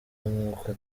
umwuka